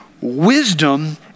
Wisdom